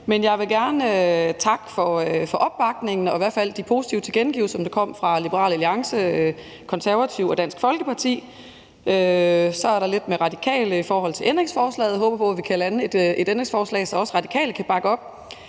ikke. Jeg vil gerne takke for opbakningen eller i hvert fald de positive tilkendegivelser, der kom fra Liberal Alliance, Konservative og Dansk Folkeparti. Der er lidt med Radikale i forhold til ændringsforslaget. Jeg håber på, vi kan lande et ændringsforslag, så også Radikale kan bakke op.